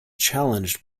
challenged